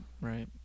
Right